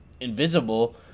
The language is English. invisible